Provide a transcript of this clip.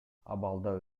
абалда